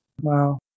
Wow